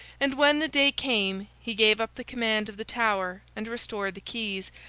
and when the day came, he gave up the command of the tower, and restored the keys,